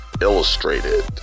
illustrated